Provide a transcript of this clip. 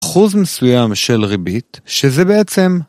אחוז מסוים של ריבית, שזה בעצם...